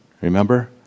Remember